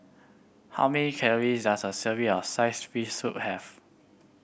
how many calory does a serving of sliced fish soup have